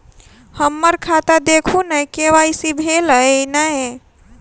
हम्मर खाता देखू नै के.वाई.सी भेल अई नै?